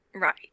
Right